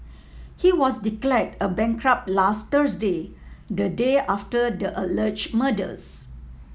he was declared a bankrupt last Thursday the day after the alleged murders